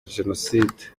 jenoside